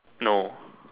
no